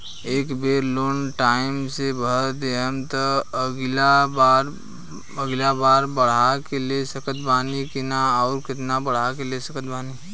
ए बेर loan time से भर देहम त अगिला बार बढ़ा के ले सकत बानी की न आउर केतना बढ़ा के ले सकत बानी?